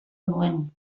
nuen